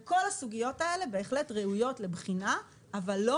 כל הסוגיות האלה בהחלט ראויות לבחינה אבל לא